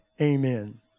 Amen